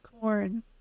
corn